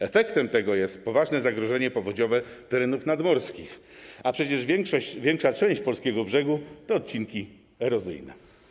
Efektem tego jest poważne zagrożenie powodziowe terenów nadmorskich, a przecież większa część polskiego brzegu to odcinki erozyjne.